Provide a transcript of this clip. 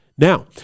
Now